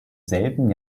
selben